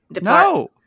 No